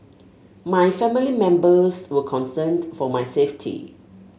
my family members were concerned for my safety